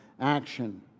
action